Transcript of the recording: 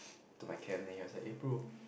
to my camp then he was like eh bro